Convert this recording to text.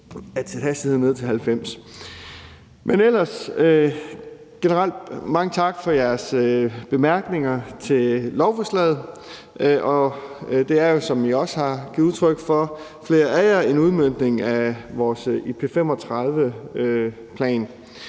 vil jeg generelt sige mange tak for jeres bemærkninger til lovforslaget. Det er jo, som flere af jer også har givet udtryk for, en udmøntning af vores IP35-plan.